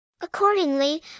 Accordingly